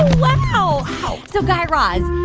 wow wow so, guy raz,